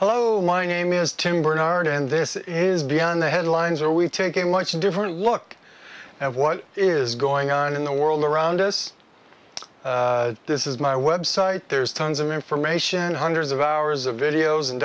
hello my name is tim bernard and this is beyond the headlines or we take a much different look at what is going on in the world around us this is my web site there's tons of information hundreds of hours of videos and